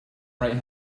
right